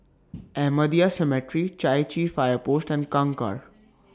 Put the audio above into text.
Ahmadiyya Cemetery Chai Chee Fire Post and Kangkar